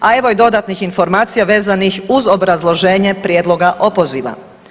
A evo i dodatnih informacija vezanih uz obrazloženje prijedloga opoziva.